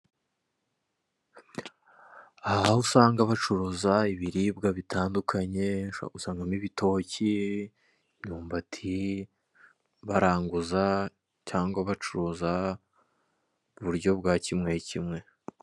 Aha aho usanga bacuruza ibiribwa bitandukanye, ushobora gusangamo ibitoki, imyumbati, baranguza cyangwa bacuruza buryo bwa kimwe kimwe.